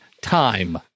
time